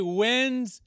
wins